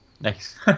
Nice